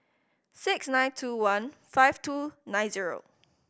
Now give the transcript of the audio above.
six nine two one five two nine zero